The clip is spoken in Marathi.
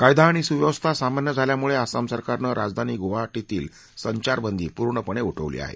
कायदा आणि सुव्यवस्था सामान्य झाल्यामुळे आसाम सरकारनं राजधानी गुवाहाटीमधली संचाखंदी पूर्णपणे उठवली आहे